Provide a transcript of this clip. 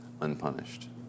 unpunished